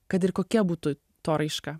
kad ir kokia būtų to raiška